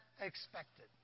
expected